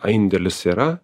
indėlis yra